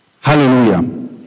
Hallelujah